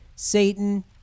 Satan